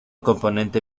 componente